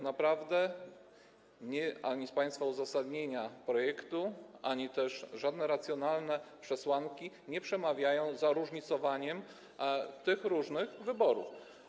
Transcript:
Naprawdę ani przesłanki z państwa uzasadnienia projektu, ani też żadne racjonalne przesłanki nie przemawiają za różnicowaniem tych różnych wyborów.